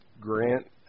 Grant